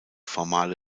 formale